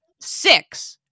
six